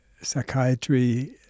psychiatry